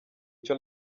icyo